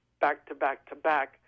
back-to-back-to-back